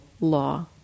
law